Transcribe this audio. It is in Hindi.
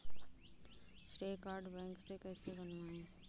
श्रेय कार्ड बैंक से कैसे बनवाएं?